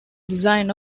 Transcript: design